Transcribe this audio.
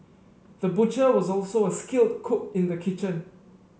the butcher was also a skilled cook in the kitchen